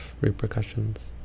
Repercussions